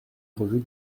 revue